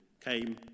came